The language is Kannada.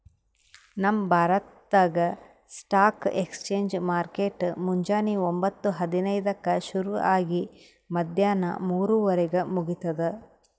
ನಮ್ ಭಾರತ್ದಾಗ್ ಸ್ಟಾಕ್ ಎಕ್ಸ್ಚೇಂಜ್ ಮಾರ್ಕೆಟ್ ಮುಂಜಾನಿ ಒಂಬತ್ತು ಹದಿನೈದಕ್ಕ ಶುರು ಆಗಿ ಮದ್ಯಾಣ ಮೂರುವರಿಗ್ ಮುಗಿತದ್